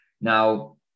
Now